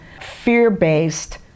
fear-based